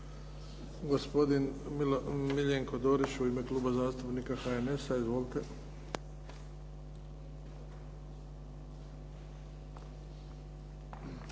Hvala.